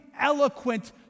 eloquent